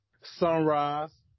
sunrise